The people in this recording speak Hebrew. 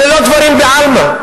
אלה לא דברים בעלמא.